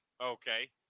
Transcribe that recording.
Okay